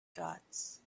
dots